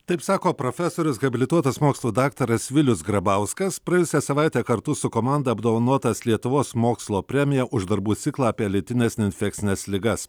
taip sako profesorius habilituotas mokslų daktaras vilius grabauskas praėjusią savaitę kartu su komanda apdovanotas lietuvos mokslo premija už darbų ciklą apie lėtines neinfekcines ligas